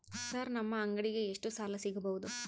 Sir ನಮ್ಮ ಅಂಗಡಿಗೆ ಎಷ್ಟು ಸಾಲ ಸಿಗಬಹುದು?